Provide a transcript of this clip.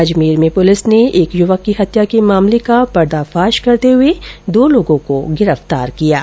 Ajmer police ने एक युवक की हत्या के मामले का पर्दाफाश करते हुए दो लोगो को गिरफ्तार कर लिया है